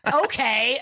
okay